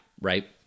right